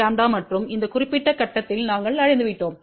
1126ʎ மற்றும் இந்த குறிப்பிட்ட கட்டத்தில் நாங்கள் அடைந்துவிட்டோம்